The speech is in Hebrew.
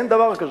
אין דבר כזה.